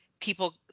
people